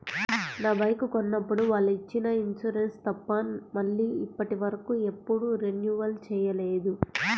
నా బైకు కొన్నప్పుడు వాళ్ళు ఇచ్చిన ఇన్సూరెన్సు తప్ప మళ్ళీ ఇప్పటివరకు ఎప్పుడూ రెన్యువల్ చేయలేదు